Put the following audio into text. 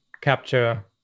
capture